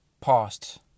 past